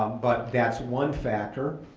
um but that's one factor.